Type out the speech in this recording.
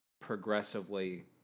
progressively